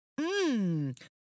Mmm